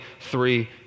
three